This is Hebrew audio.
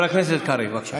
חבר הכנסת קרעי, בבקשה.